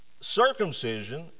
circumcision